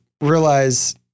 realize